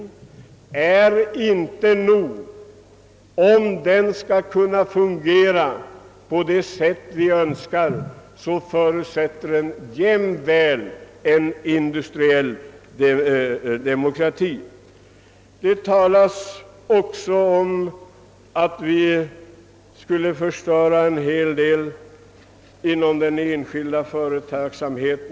För att den skall fungera som vi önskar fordras också en industriell demokrati. Det talas också om att statsverkspropositionens förslag skulle skada den enskilda företagsamheten.